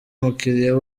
umukiriya